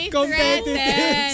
Competitive